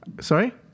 Sorry